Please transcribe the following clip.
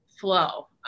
flow